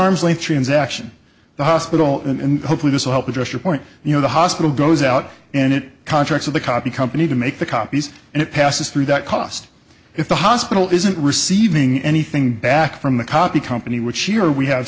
arm's length transaction the hospital and hopefully this will help address your point you know the hospital goes out and it contracts with a copy company to make the copies and it passes through that cost if the hospital isn't receiving anything back from the copy company which here we have